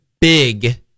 big